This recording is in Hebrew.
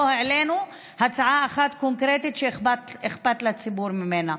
העלינו הצעה אחת קונקרטית שאכפת לציבור ממנה.